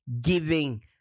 giving